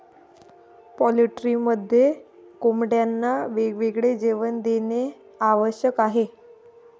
पोल्ट्रीमध्ये कोंबड्यांना वेळेवर जेवण देणे आवश्यक आहे